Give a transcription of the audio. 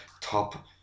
top